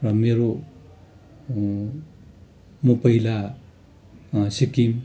र मेरो म पहिला सिक्किम